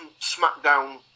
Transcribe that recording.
Smackdown